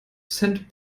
cent